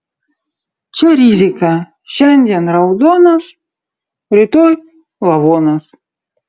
čia rizika šiandien raudonas rytoj lavonas